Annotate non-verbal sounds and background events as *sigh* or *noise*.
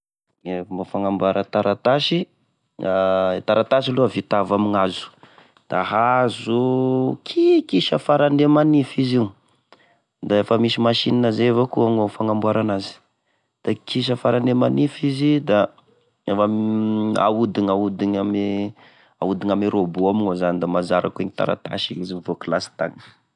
Gne fomba fagnamboara taratasy *hesitation* e taratasy aloa vita avy amign'hazo da hazo kikisa farane manify izy io, da efa misy masinina zay avakoa amignao fagnamboara anazy, da kikisa farane manify izy da ahodina ahodina ame, ahodina ame ahodina ame robot amignao zany da manjary akô iny taratasy iny izy mivôky lasitagny.